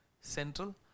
central